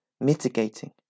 mitigating